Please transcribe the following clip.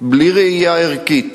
בלי ראייה ערכית